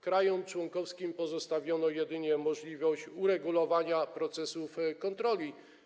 Krajom członkowskim pozostawiono jedynie możliwość uregulowania procesów kontroli.